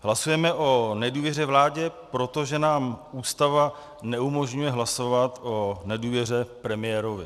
Hlasujeme o nedůvěře vládě, protože nám Ústava neumožňuje hlasovat o nedůvěře premiérovi.